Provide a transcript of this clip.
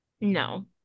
No